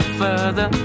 further